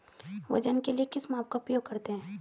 वजन के लिए किस माप का उपयोग करते हैं?